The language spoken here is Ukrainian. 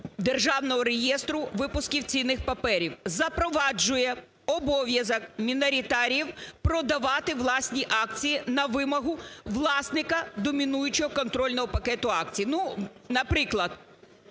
Державного реєстру випусків цінних паперів, запроваджує обов'язок міноритаріїв продавати власні акції на вимогу власника домінуючого контрольного пакету акцій. Ну, наприклад,